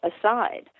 aside